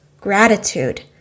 gratitude